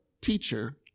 teacher